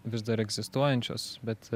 vis dar egzistuojančios bet